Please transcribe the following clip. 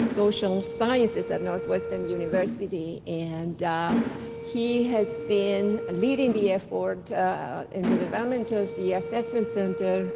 social sciences at northwestern university, and he has been leading the effort in the development of the assessment center,